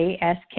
ask